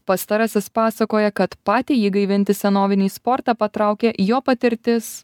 pastarasis pasakoja kad patį jį gaivinti senovinį sportą patraukė jo patirtis